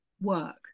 work